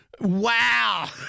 Wow